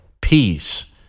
peace